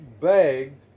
begged